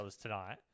tonight